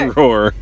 roar